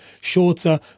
Shorter